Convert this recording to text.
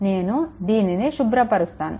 నేను దీనిని శుభ్రపరుస్తాను